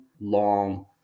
long